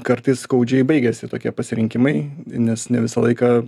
kartais skaudžiai baigiasi tokie pasirinkimai nes ne visą laiką